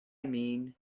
mean